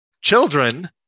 Children